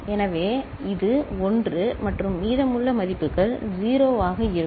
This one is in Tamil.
எனவே இது 1 மற்றும் மீதமுள்ள மதிப்புகள் 0 ஆக இருக்கும்